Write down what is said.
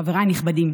חבריי הנכבדים,